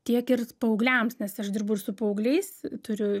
tiek ir paaugliams nes aš dirbu ir su paaugliais turiu